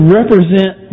represent